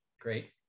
Great